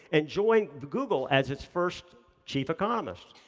and join google as its first chief economist.